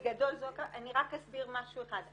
אני רק אסביר משהו אחד.